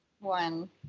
one